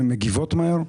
שהן מגיבות מהר,